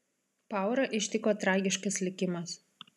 paurą ištiko tragiškas likimas